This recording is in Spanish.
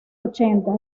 ochenta